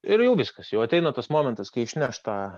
ir jau viskas jau ateina tas momentas kai išneš tą